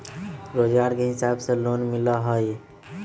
रोजगार के हिसाब से लोन मिलहई?